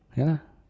ya lah